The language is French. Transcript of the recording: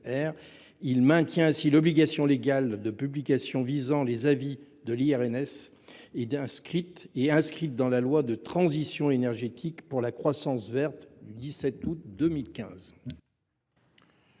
de maintenir l’obligation légale de publication visant les avis de l’IRSN, inscrite dans la loi relative à la transition énergétique pour la croissance verte du 17 août 2015.